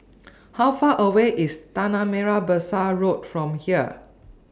How Far away IS Tanah Merah Besar Road from here